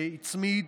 שהצמיד,